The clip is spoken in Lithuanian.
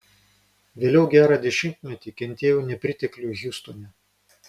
vėliau gerą dešimtmetį kentėjau nepriteklių hjustone